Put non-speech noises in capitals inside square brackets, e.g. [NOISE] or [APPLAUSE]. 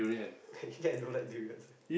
[LAUGHS] actually I don't like durians eh